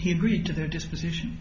he agreed to their disposition